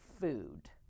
food